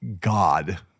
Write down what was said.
God